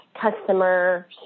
customer